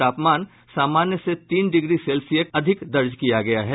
तापमान सामान्य से तीन डिग्री सेल्सियस अधिक दर्ज किया गया है